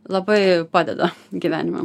labai padeda gyvenime